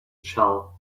shell